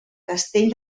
castell